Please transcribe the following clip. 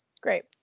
Great